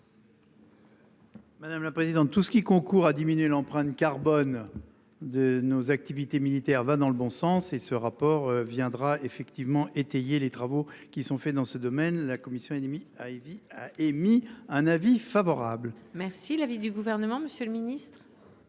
Madame la présidente, tout ce qui concourt à diminuer l'empreinte carbone de nos activités militaires va dans le bon sens et ce rapport viendra effectivement étayer les travaux qui sont faits dans ce domaine la Commission et demi à il a émis un avis favorable. Merci l'avis du gouvernement, monsieur le ministre.